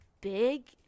big